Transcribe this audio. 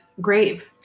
grave